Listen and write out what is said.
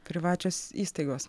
privačios įstaigos